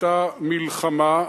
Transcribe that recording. היתה מלחמה,